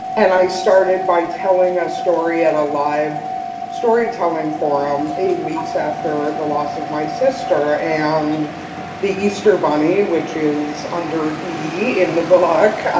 and i started by telling a story at a live story telling forum a weeks after the loss of my sister, and the easter bunny, which is under e in the book,